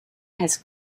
has